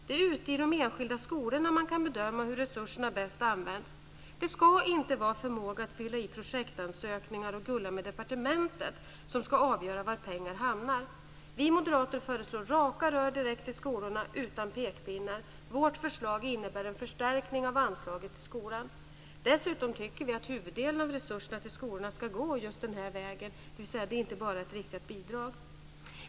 Det är ute i de enskilda skolorna man kan bedöma hur resurserna bäst används. Det ska inte vara förmåga att fylla i projektansökningar och gulla med departementet som ska avgöra var pengar hamnar. Vi moderater föreslår raka rör direkt till skolorna, utan pekpinnar. Vårt förslag innebär en förstärkning av anslaget till skolan. Dessutom tycker vi att huvuddelen av resurserna till skolorna ska gå just den vägen, dvs. att det inte bara är ett riktat bidrag.